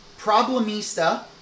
problemista